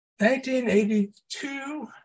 1982